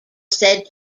said